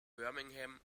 birmingham